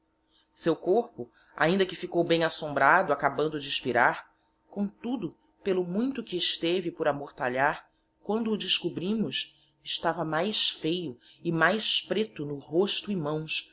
seu corpo ainda que ficou bem assombrado acabando de espirar com tudo pelo muito que esteve por amortalhar quando o descobrimos estava mais feio e mais preto do rosto e mãos